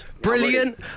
Brilliant